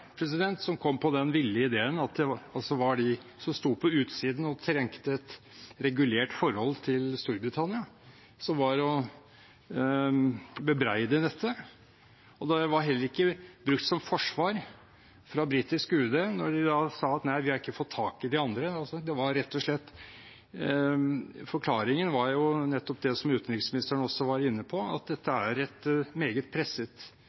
som kom på den ville ideen at det var de som sto på utsiden og trengte et regulert forhold til Storbritannia, som var å bebreide i dette, og det var heller ikke brukt som forsvar fra britisk UD når de da sa: Nei, vi har ikke fått tak i de andre. Forklaringen var jo nettopp, som også utenriksministeren var inne på, at dette er et meget presset